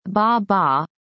Ba-ba